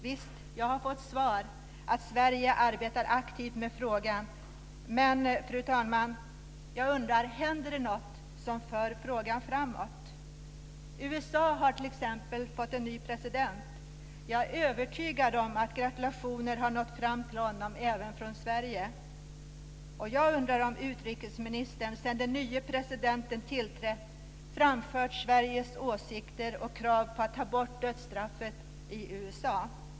Visst, jag har fått svaret att Sverige arbetar aktivt med frågan. Men, fru talman, händer det något som för frågan framåt? USA har t.ex. fått en ny president. Jag är övertygad om att gratulationer har nått fram till honom även från Sverige. Jag undrar om utrikesministern sedan den nye presidenten tillträtt framfört Sveriges åsikter och krav på att ta bort dödsstraffet i USA?